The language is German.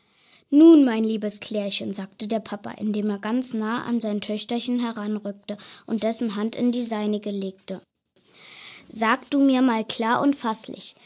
nun mein liebes klärchen sagte der papa indem er ganz nah an sein töchterchen heranrückte und dessen hand in die seinige legte sag du mir klar und fasslich